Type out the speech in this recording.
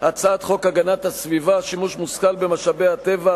הצעת חוק הגנת הסביבה (שימוש מושכל במשאבי הטבע,